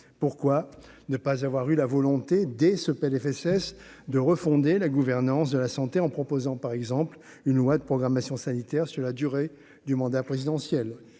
pourquoi ne pas avoir eu la volonté dès ce Plfss de refonder la gouvernance de la santé, en proposant par exemple une loi de programmation sanitaire sur la durée du mandat présidentiel,